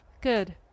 Good